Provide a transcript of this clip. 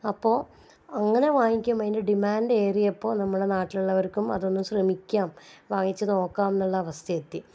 അപ്പോൾ അങ്ങനെ വാങ്ങിക്കുമ്പോൾ അതിൻ്റെ ഡിമാൻഡ് ഏറിയപ്പോൾ നമ്മുടെ നാട്ടിലുള്ളവർക്കും അതൊന്നു ശ്രമിക്കാം വാങ്ങിച്ചു നോക്കാമെന്നുള്ള അവസ്ഥ എത്തി